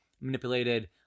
manipulated